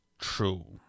true